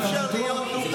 השב"כ אישר להם, זה נורא.